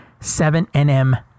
7NM